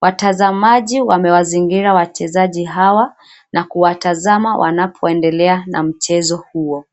Watazamaji wamewazingira wachezaji hawa na kuwatazama wanapoendelea na mchezo huo.